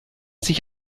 sich